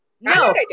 No